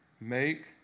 make